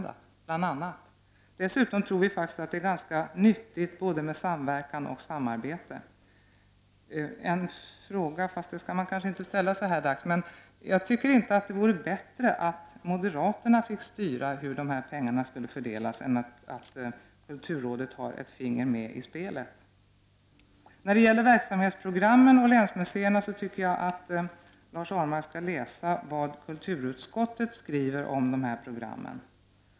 Dessutom tror faktiskt vi socialdemokrater att det är ganska nyttigt med både samverkan och samarbete. Jag tycker inte att det vore bättre om moderaterna fick styra hur dessa pengar skall fördelas än att kulturrådet får ha ett finger med i spelet. När det gäller verksamhetsprogrammen och länsmuseerna tycker jag att Lars Ahlmark skall läsa vad kulturutskottet skriver om dessa program.